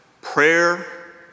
prayer